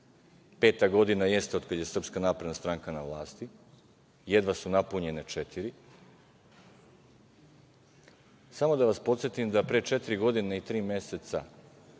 Peta godina jeste od kada je SNS na vlasti, jedva su napunjene četiri. Samo da vas podsetim da pre četiri godine i tri meseca